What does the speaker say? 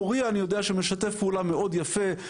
פורייה אני יודע שמשתף פעולה מאוד יפה,